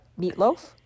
meatloaf